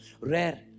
rare